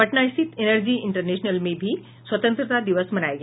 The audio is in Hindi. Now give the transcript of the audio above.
पटना स्थित इनर्जी इंटरनेशनल में भी स्वतंत्रता दिवस मनाया गया